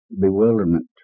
bewilderment